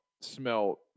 smell